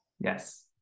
yes